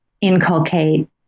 inculcate